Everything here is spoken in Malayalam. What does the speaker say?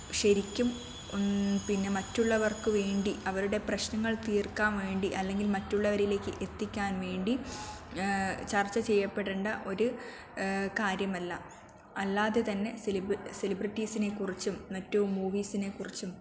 ശരിക്കും പിന്നെ മറ്റുള്ളവർക്കുവേണ്ടി അവരുടെ പ്രശ്നങ്ങൾ തീർക്കാൻ വേണ്ടി അല്ലെങ്കിൽ മറ്റുള്ളവരിലേക്ക് എത്തിക്കാൻ വേണ്ടി ചർച്ചചെയ്യപ്പെടണ്ട ഒരു കാര്യമല്ല അല്ലാതെ തന്നെ സെലിബ്രിറ്റീസിനെക്കുറിച്ചും മറ്റ് മൂവിസിനെക്കുറിച്ചും